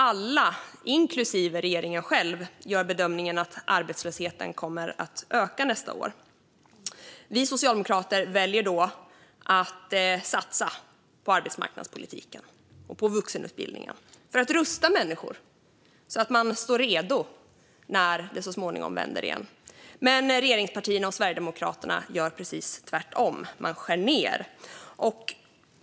Alla, inklusive regeringen själv, gör bedömningen att arbetslösheten kommer att öka nästa år. Vi socialdemokrater väljer då att satsa på arbetsmarknadspolitiken och på vuxenutbildningen för att rusta människor, så att de står redo när det så småningom vänder igen. Men regeringspartierna och Sverigedemokraterna gör precis tvärtom. De skär ned.